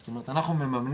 זאת אומרת אנחנו מממנים,